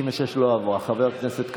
חבר הכנסת קרעי?